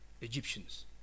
Egyptians